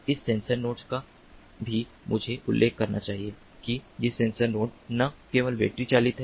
इन sensor nodes का भी मुझे उल्लेख करना चाहिए कि ये सेंसर नोड्स न केवल बैटरी चालित हैं